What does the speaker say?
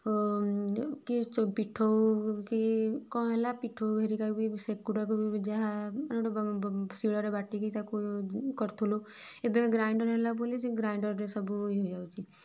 କି ପିଠଉ କି କଣ ହେଲା ପିଠଉ ହେରିକା ବି ଗୁଡ଼ାକ ବି ସେ ଗୁଡ଼ା ବି ଯାହା ମାନେ ଗୋଟେ ଶିଳରେ ବାଟିକି ତାକୁ କରୁଥିଲୁ ଏବେ ଗ୍ରାଇଣ୍ଡର୍ ହେଲା ବୋଲି ସେ ଗ୍ରାଇଣ୍ଡର୍ରେ ସବୁ ହୋଇଯାଉଛି